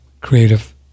creative